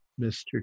Mr